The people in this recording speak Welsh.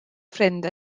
ffrind